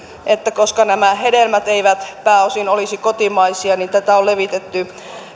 että koska nämä hedelmät eivät pääosin olisi kotimaisia niin tätä on levitetty